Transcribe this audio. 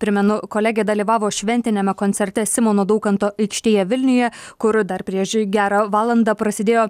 primenu kolegė dalyvavo šventiniame koncerte simono daukanto aikštėje vilniuje kur dar prieš gerą valandą prasidėjo